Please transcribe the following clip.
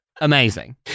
Amazing